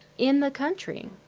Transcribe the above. in the country.